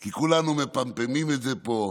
כי כולנו מפמפמים את זה פה,